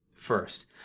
First